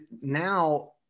now